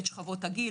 את שכבות הגיל,